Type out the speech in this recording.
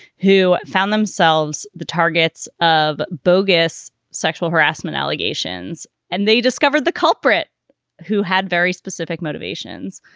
who found themselves the targets of bogus sexual harassment allegations, and they discovered the culprit who had very specific motivations.